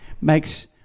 makes